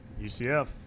UCF